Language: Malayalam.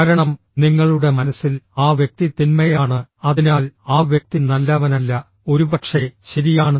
കാരണം നിങ്ങളുടെ മനസ്സിൽ ആ വ്യക്തി തിന്മയാണ് അതിനാൽ ആ വ്യക്തി നല്ലവനല്ല ഒരുപക്ഷേ ശരിയാണ്